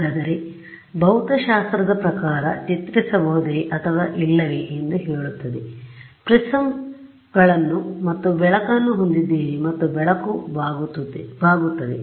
ಹಾಗಾದರೆ ಭೌತಶಾಸ್ತ್ರದ ಪ್ರಕಾರ ಚಿತ್ರಿಸಬಹುದೇ ಅಥವಾ ಇಲ್ಲವೇ ಎಂದು ಹೇಳುತ್ತದೆ ಆದ್ದರಿಂದ ಪ್ರಿಸ್ಮ್ಗಳನ್ನು ಮತ್ತು ಬೆಳಕನ್ನು ಹೊಂದಿದ್ದೀರಿ ಮತ್ತು ಬೆಳಕು ಬಾಗುತ್ತದೆ